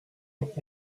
vingt